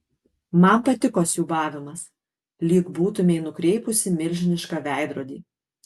man patiko siūbavimas lyg būtumei nukreipusi milžinišką veidrodį